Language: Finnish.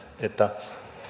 että